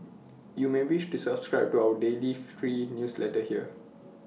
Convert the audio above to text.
you may wish to subscribe to our free daily newsletter here